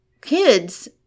kids